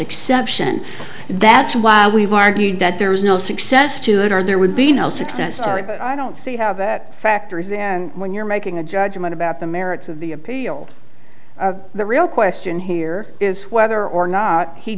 exception that's why we've argued that there is no success to it are there would be no success start but i don't see how that factors in when you're making a judgment about the merits of the appeal the real question here is whether or not he